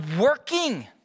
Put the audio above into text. working